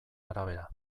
arabera